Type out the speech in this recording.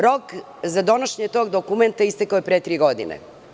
Rok za donošenje tog dokumenta istekao je pre tri godine.